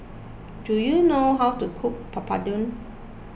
Do you know how to cook Papadum